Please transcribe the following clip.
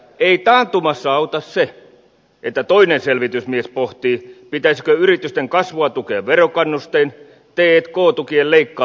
ei taantumassa auta se että toinen selvitysmies pohtii pitäisikö yritysten kasvua tukea verokannustein t k tukien leikkaamisen sijaan